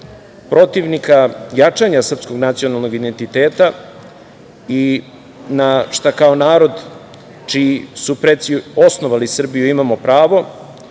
protivnika jačanja srpskog nacionalnog identiteta i kao narod čiji su preci osnovali Srbiju, imamo pravo